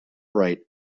right